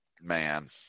man